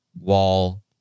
wall